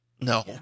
no